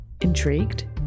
Intrigued